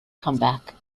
comeback